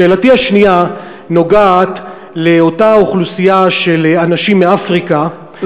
שאלתי השנייה נוגעת באותה אוכלוסייה של אנשים מאפריקה,